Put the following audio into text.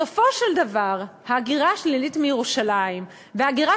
בסופו של דבר ההגירה השלילית מירושלים והגירה